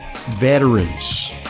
Veterans